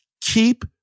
keep